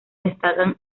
destacan